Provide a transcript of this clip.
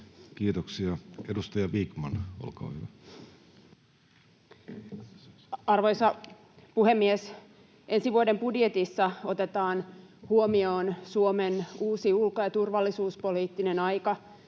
Kiitoksia. — Edustaja Vikman, olkaa hyvä. Arvoisa puhemies! Ensi vuoden budjetissa otetaan huomioon Suomen uusi ulko- ja turvallisuuspoliittinen aika